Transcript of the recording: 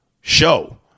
show